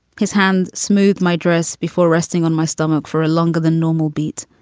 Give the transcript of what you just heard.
his hand smooth my dress before resting on my stomach for a longer than normal beat.